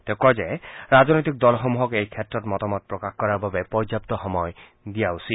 তেওঁ কয় যে ৰাজনৈতিক দলসমূহক এই ক্ষেত্ৰত মতামত প্ৰকাশ কৰাৰ বাবে পৰ্যাপ্ত সময় দিয়া উচিত